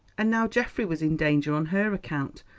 and now geoffrey was in danger on her account,